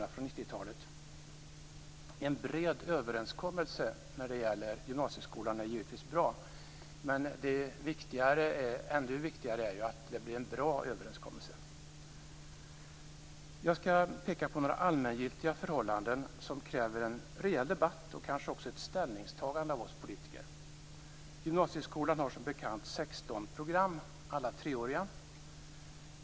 Det är naturligtvis bra med en bred överenskommelse om gymnasieskolan, men det är ännu viktigare att det blir en bra överenskommelse. Jag skall peka på några allmängiltiga förhållanden som kräver en rejäl debatt och kanske också ett ställningstagande av oss politiker. Gymnasieskolan har, som bekant, 16 program. Alla är treåriga.